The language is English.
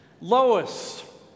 Lois